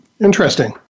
Interesting